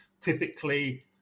typically